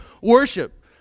worship